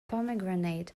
pomegranate